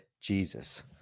Jesus